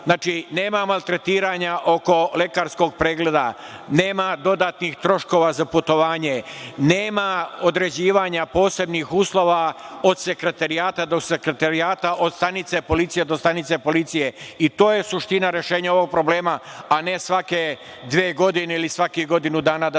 Znači, nema maltretiranja oko lekarskog pregleda, nema dodatnih troškova za putovanje, nema određivanja posebnih uslova od sekretarijata do sekretarijata, od stanice policije do stanice policije i to je suština rešenja ovog problema, a ne svake dve godine ili svake godine da se